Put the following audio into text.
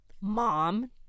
Mom